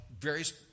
various